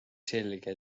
selge